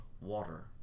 water